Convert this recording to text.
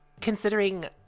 considering